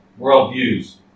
Worldviews